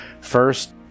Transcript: first